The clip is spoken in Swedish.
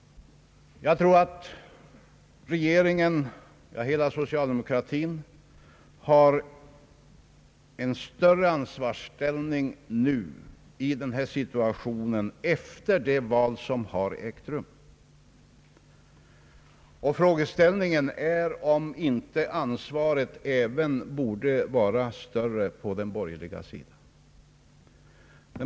Jag tror att regeringen — ja, hela socialdemokratin — har ett större ansvar nu, i den situation som uppkommit efter höstens val, men frågan är om inte ansvaret borde vara större även på den borgerliga sidan.